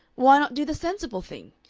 why not do the sensible thing?